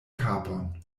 kapon